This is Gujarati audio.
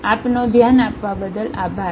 અને આપનો ધ્યાન આપવા બાદલ આભાર